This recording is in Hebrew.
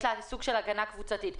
יש לה סוג של הגנה קבוצתית,